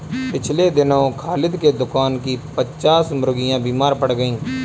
पिछले दिनों खालिद के दुकान की पच्चास मुर्गियां बीमार पड़ गईं